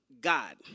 God